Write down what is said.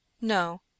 No